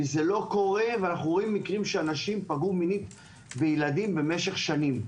זה לא קורה ואנו רואים מקרים שאנשים פגעו מינית בילדים משך שנים.